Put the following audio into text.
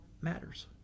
matters